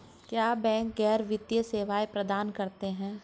क्या बैंक गैर वित्तीय सेवाएं प्रदान करते हैं?